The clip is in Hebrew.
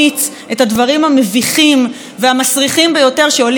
והמסריחים ביותר שעולים מסביבתו הקרובה,